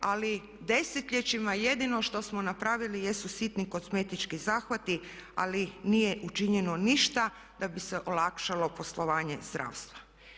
Ali desetljećima jedino što smo napravili jesu sitni kozmetički zahvati, ali nije učinjeno ništa da bi se olakšalo poslovanje zdravstva.